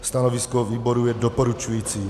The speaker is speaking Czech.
Stanovisko výboru je doporučující.